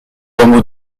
hameau